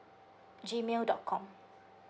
G mail dot com